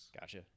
Gotcha